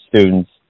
students